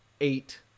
eight